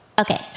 Okay